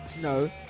No